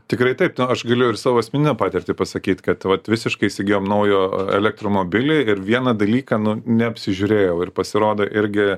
tikrai taip aš galiu ir savo asmeninę patirtį pasakyt kad vat visiškai įsigijom naujo elektromobilį ir vieną dalyką nu neapsižiūrėjau ir pasirodo irgi